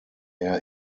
air